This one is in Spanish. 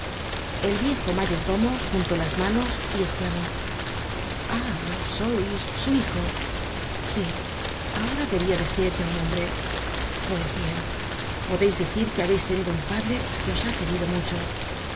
el viejo mayordomo juntó las manos y esclamó ah sois su hijo sí ahora debia de ser ya un hombre pues bien podeis decir que habeis tenido un padre que os ha querido mucho